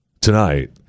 tonight